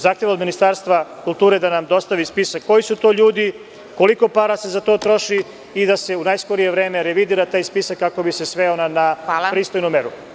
Zahtevam od Ministarstva kulture da nam dostavi spisak koji su to ljudi, koliko para se za to troši i da se u najskorije vremerevidira taj spisak, kako bi se sveo na pristojnu meru.